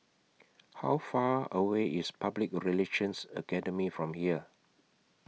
How Far away IS Public Relations Academy from here